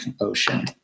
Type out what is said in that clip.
Ocean